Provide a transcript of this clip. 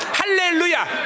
hallelujah